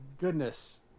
goodness